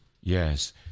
Yes